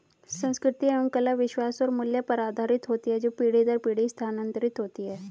संस्कृति एवं कला विश्वास और मूल्य पर आधारित होती है जो पीढ़ी दर पीढ़ी स्थानांतरित होती हैं